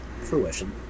Fruition